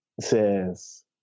says